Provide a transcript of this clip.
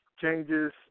changes